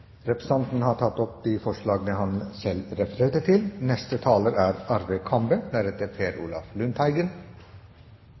Representanten Per Arne Olsen har tatt opp de forslagene han refererte til. Representanten Per